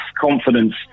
confidence